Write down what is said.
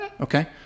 okay